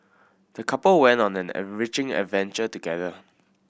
the couple went on an enriching adventure together